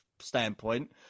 standpoint